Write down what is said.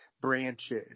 branches